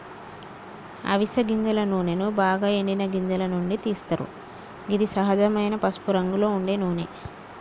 అవిస గింజల నూనెను బాగ ఎండిన గింజల నుండి తీస్తరు గిది సహజమైన పసుపురంగులో ఉండే నూనె